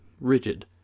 rigid